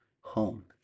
home